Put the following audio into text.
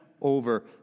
over